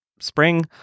spring